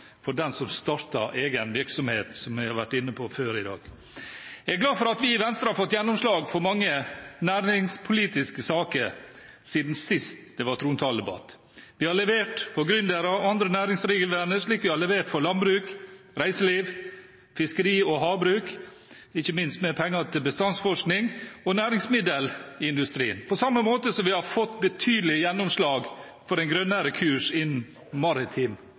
for den som starter egen virksomhet, som jeg har vært inne på før i dag. Jeg er glad for at vi i Venstre har fått gjennomslag for mange næringspolitiske saker siden sist det var trontaledebatt. Vi har levert for gründere og andre næringsdrivende, slik vi har levert for landbruk, reiseliv, fiskeri og havbruk – ikke minst mer penger til bestandsforskning – og næringsmiddelindustrien, på samme måte som vi har fått betydelige gjennomslag for en grønnere kurs innen maritim